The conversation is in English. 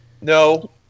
No